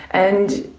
and,